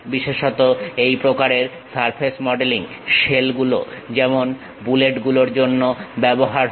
বিশেষ করে এই প্রকারের সারফেস মডেলিং শেল গুলো যেমন বুলেট গুলোর জন্য ব্যবহার হয়